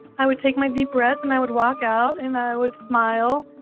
i would take my deep breath, and i would walk out, and i would smile,